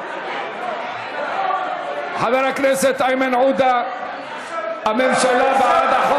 תנו לי להקריא את התוצאות קודם: 71 בעד,